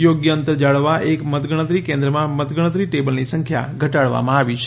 યોગ્ય અંતર જાળવવા એક મતગણતરી કેન્દ્રમાં મતગણતરી ટેબલની સંખ્યા ઘટાડવામાં આવી છે